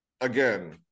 again